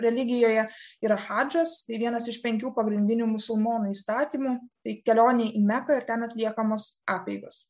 religijoje yra hadžas vienas iš penkių pagrindinių musulmonų įstatymų kelionei į meką ir ten atliekamos apeigos